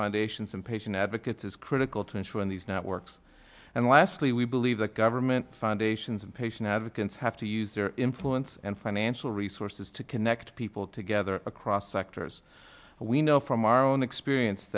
foundations and patient advocates is critical to ensure in these networks and lastly we believe that government foundations and patient advocates have to use their influence and financial resources to connect people together across sectors but we know from our own experience